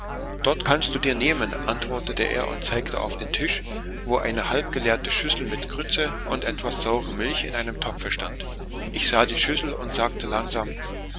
dort kannst du dir nehmen antwortete er und zeigte auf den tisch wo eine halbgeleerte schüssel mit grütze und etwas saure milch in einem topfe stand ich sah die schüssel und sagte langsam